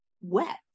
wet